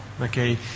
Okay